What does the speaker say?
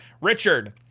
Richard